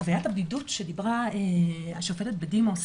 חוויית הבדידות עליה דיברה השופטת בדימוס